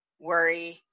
worry